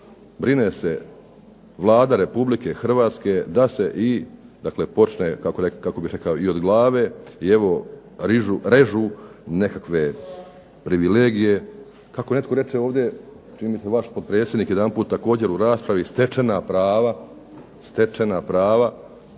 brine se Vlada Republike Hrvatske da se i dakle počne, kako bih rekao i od glave i evo režu nekakve privilegije, kako netko reče ovdje čini mi se vaš potpredsjednik jedanput također u raspravi stečena prava, a stječu